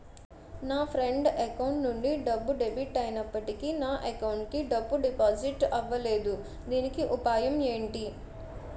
నా friend account నుండి డబ్బు డెబిట్ అయినప్పటికీ నా అకౌంట్ కి డబ్బు డిపాజిట్ అవ్వలేదుదీనికి ఉపాయం ఎంటి?